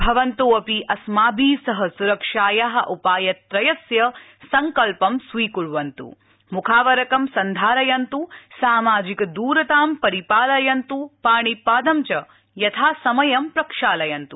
भवन्त अपि अस्माभि सह स्रक्षाया उपाय त्रयस्य सङ्कल्प स्वीक्वन्त् मुख आवरकं सन्धारयन्त् सामाजिक दरतां पालयन्तु पाणि पादं च यथा समयं प्रक्षालयन्त्